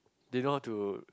they know how to